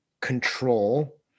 control